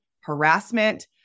harassment